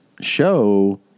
show